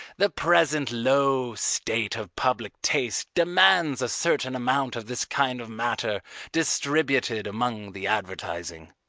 the present low state of public taste demands a certain amount of this kind of matter distributed among the advertising.